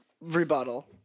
rebuttal